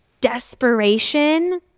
desperation